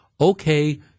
okay